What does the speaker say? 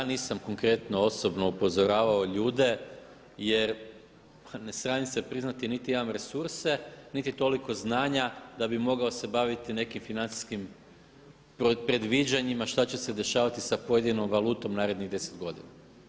Ja nisam konkretno osobno upozoravao ljude jer ne sramim se priznati, niti imam resurse niti toliko znanja da bi se mogao baviti nekim financijskim predviđanjima šta će se dešavati sa pojedinom valutom narednih deset godina.